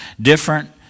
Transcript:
different